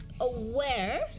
aware